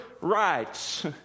rights